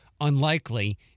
unlikely